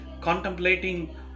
contemplating